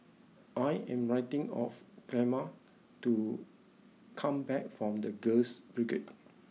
I am waiting of Clemma to come back from The Girls Brigade